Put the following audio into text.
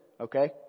okay